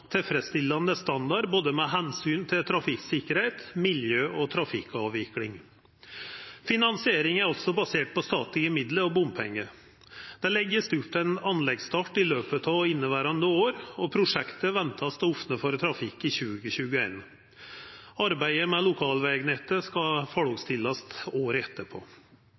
tilfredsstillande standard med omsyn til både trafikksikkerheit, miljø og trafikkavvikling. Finansieringa er basert på statlege midlar og bompengar. Det vert lagt opp til ein anleggsstart i løpet av inneverande år, og prosjektet er venta å opna for trafikk i 2021. Arbeidet med lokalvegnettet skal vera ferdig året